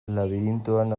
labirintoan